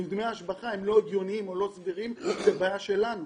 אם דמי ההשבחה הם לא הגיוניים או לא סבירים זו בעיה שלנו.